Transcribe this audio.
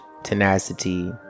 tenacity